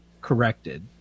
corrected